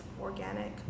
organic